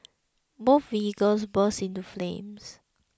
both vehicles burst into flames